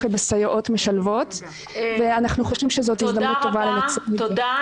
ובסייעות משלבות ואנחנו חושבים שזו הזדמנות טובה --- תודה.